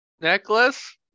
Necklace